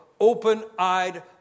open-eyed